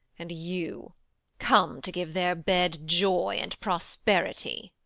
and you come to give their bed joy and prosperity?